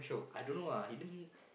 I don't know lah he damn